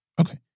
okay